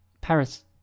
Paris